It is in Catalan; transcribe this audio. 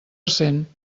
cent